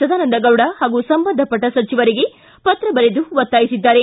ಸದಾನಂದಗೌಡ ಹಾಗೂ ಸಂಬಂಧಪಟ್ಟ ಸಚಿವರಿಗೆ ಪತ್ರ ಬರೆದು ಒತ್ತಾಯಿಸಿದ್ದಾರೆ